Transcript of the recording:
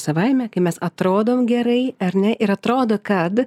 savaime kai mes atrodom gerai ar ne ir atrodo kad